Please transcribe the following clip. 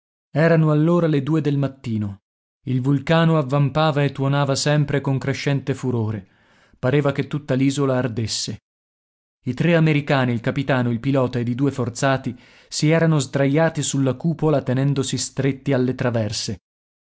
erano allora le due del mattino il vulcano avvampava e tuonava sempre con crescente furore pareva che tutta l'isola ardesse i tre americani il capitano il pilota ed i due forzati si erano sdraiati sulla cupola tenendosi stretti alle traverse